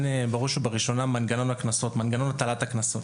בראש ובראשונה לעניין מנגנות הטלת הקנסות.